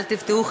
אל תופתעו,